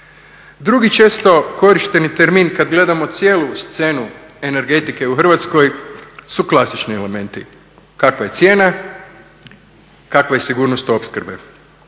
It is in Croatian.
Drugi često korišteni termin kada gledamo cijelu scenu energetike u Hrvatskoj su klasični elementi, kakva je cijena, kakva je sigurnost opskrbe,